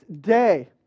day